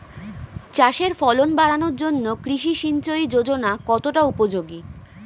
চাষের ফলন বাড়ানোর জন্য কৃষি সিঞ্চয়ী যোজনা কতটা উপযোগী?